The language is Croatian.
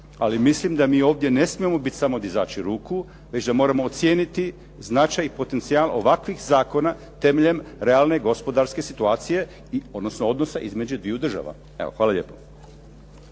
ali mislim da mi ovdje ne smijemo biti samo dizaći ruku već da moramo ocijeniti značaj i potencijal ovakvih zakona temeljem realne gospodarske situacije, odnosno odnosa između dviju država. Evo, hvala lijepo.